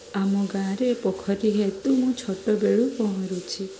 ଆମ ଗାଁରେ ପୋଖରୀ ହେତୁ ମୁଁ ଛୋଟବେଳୁ ପହଁରୁଛି